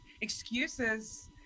excuses